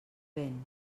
vent